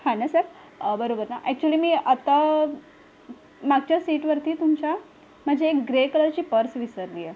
हा ना सर बरोबर ना ॲक्चुली मी आता मागच्या सीटवरती तुमच्या माझी एक ग्रे कलरची पर्स विसरली आहे